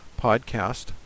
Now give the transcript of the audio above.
podcast